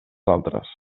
altres